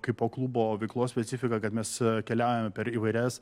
kaipo klubo veiklos specifiką kad mes keliaujame per įvairias